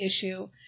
issue